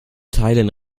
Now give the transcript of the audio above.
teilen